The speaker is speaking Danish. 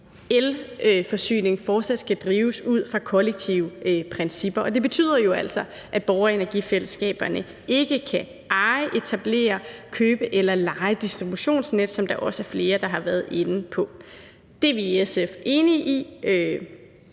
at elforsyning fortsat skal drives ud fra kollektive principper. Det betyder jo altså, at borgerenergifællesskaberne ikke kan eje, etablere, købe eller leje distributionsnet, som der også er flere der har været inde på. Det er vi i SF enige i,